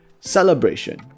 celebration